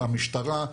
המשטרה,